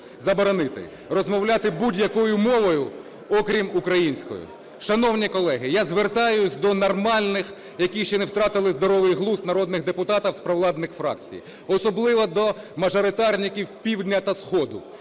заборонити, розмовляти будь-якою мовою, окрім української. Шановні колеги, я звертаюсь до нормальних, які ще не втратили здоровий глузд, народних депутатів з провладних фракцій, особливо до мажоритарників півдня та сходу,